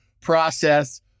process